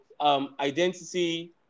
Identity